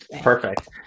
Perfect